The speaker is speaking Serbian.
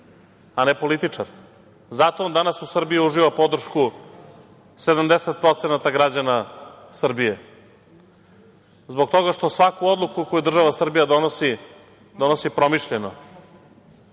a ne političar. Zato on danas u Srbiji uživa podršku 70% građana Srbije, zbog toga što svaku odluku koju država Srbija donosi, donosi promišljeno,